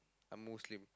I'm Muslim